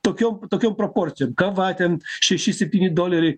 tokiom tokiom proporcijom kava ten šeši septyni doleriai